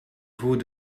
vous